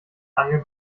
angel